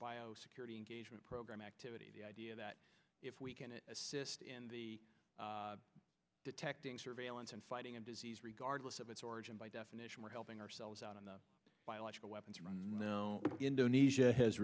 our security engagement program activity the idea that if we can assist in detecting surveillance and fighting a disease regardless of its origin by definition we're helping ourselves out on the biological weapons around indonesia has